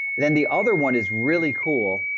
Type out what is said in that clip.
then, the other one is really cool,